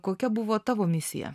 kokia buvo tavo misija